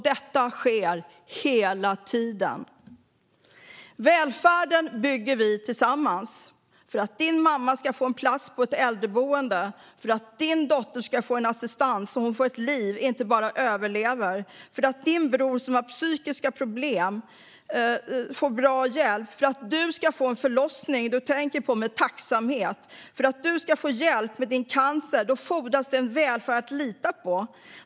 Detta sker hela tiden. Vi bygger välfärden tillsammans för att din mamma ska få en plats på ett äldreboende, för att din dotter ska få assistans så att hon får ett liv och inte bara överlever, för att din bror som har psykiska problem ska få bra hjälp, för att du ska få en förlossning som du tänker tillbaka på med tacksamhet och för att du ska få hjälp med din cancer. För allt detta fordras en välfärd att lita på.